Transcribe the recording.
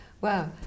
Wow